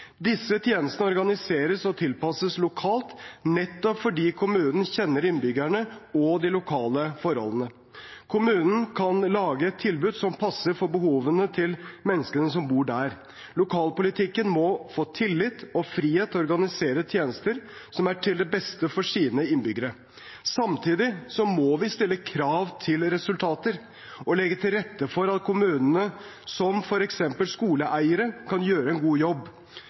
Disse tjenestene organiseres og tilpasses lokalt nettopp fordi kommunen kjenner innbyggerne og de lokale forholdene. Kommunen kan lage et tilbud som passer for behovene til menneskene som bor der. Lokalpolitikken må få tillit og frihet til å organisere tjenester som er til det beste for sine innbyggere. Samtidig må vi stille krav til resultater og legge til rette for at kommunene, f.eks. som skoleeiere, kan gjøre en god jobb.